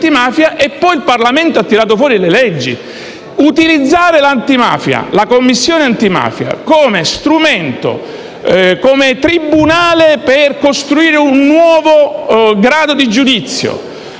e poi il Parlamento ha approvato delle leggi. Utilizzare la Commissione antimafia come tribunale per costituire un nuovo grado di giudizio,